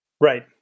Right